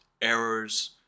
errors